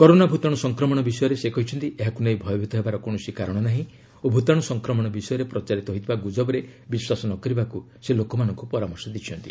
corona ଭୂତାଣୁ ସଂକ୍ରମଣ ବିଷୟରେ ସେ କହିଛନ୍ତି ଏହାକୁ ନେଇ ଭୟଭୀତ ହେବାର କୌଣସି କାରଣ ନାହିଁ ଓ ଭୂତାଣୁ ସଂକ୍ରମଣ ବିଷୟରେ ପ୍ରଚାରିତ ହୋଇଥିବା ଗୁଜବରେ ବିଶ୍ୱାସ ନ କରିବାକୁ ସେ ଲୋକମାନଙ୍କୁ ପରାମର୍ଶ ଦେଇଛନ୍ତି